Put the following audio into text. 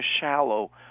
shallow